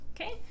okay